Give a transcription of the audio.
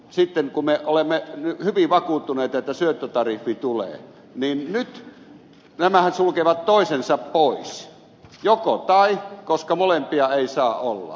sitten kun me olemme hyvin vakuuttuneita että syöttötariffi tulee niin nyt nämähän sulkevat toisensa pois jokotai koska molempia ei saa olla